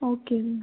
okay